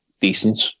decent